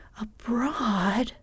Abroad